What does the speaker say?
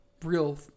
real